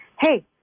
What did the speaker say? hey